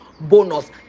bonus